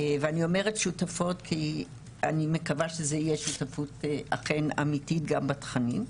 ואני אומרת שותפות כי אני מקווה שזה יהיה שותפות אכן אמיתית גם בתכנים,